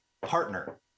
partner